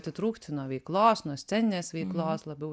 atitrūkti nuo veiklos nuo sceninės veiklos labiau